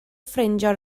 ffrindiau